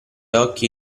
occhi